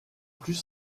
plus